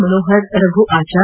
Manohar Raghu Achar